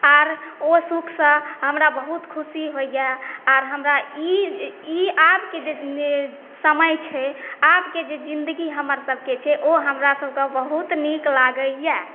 आर ओ सुखसँ हमरा बहुत खुशी होइया आओर हमरा ई आबकेँ जे समय छै आबकेँ जे जिन्दगी हमर सभकेँ छै ओ हमरा सभकेँ बहुत नीक लागैयऽ